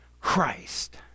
Christ